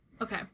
okay